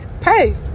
pay